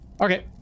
Okay